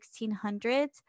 1600s